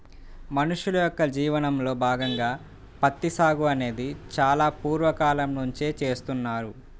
మనుషుల యొక్క జీవనంలో భాగంగా ప్రత్తి సాగు అనేది చాలా పూర్వ కాలం నుంచే చేస్తున్నారు